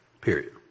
period